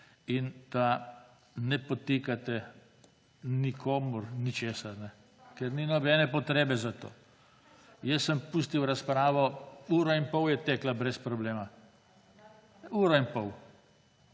In da ne podtikate nikomur ničesar, ker ni nobene potrebe za to. Jaz sem pustil razpravo, uro in pol je tekla brez problema, uro in pol,